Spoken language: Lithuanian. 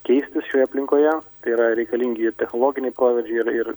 keistis šioje aplinkoje tai yra reikalingi ir technologiniai proveržiai ir ir